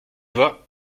vois